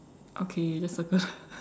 okay just circle the